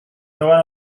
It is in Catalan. veuen